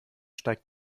steigt